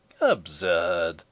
Absurd